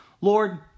Lord